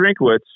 Drinkwitz